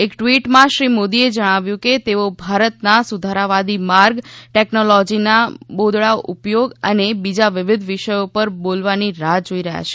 એક ટ્વિટમાં શ્રી મોદીએ જણાવ્યું કે તેઓ ભારતના સુધારાવાદી માર્ગ ટેકનોલોજીના બોદળા ઉપયોગ અને બીજા વિવિધ વિષયો પર બોલવાની રાહ જોઈ રહ્યા છે